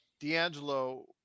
D'Angelo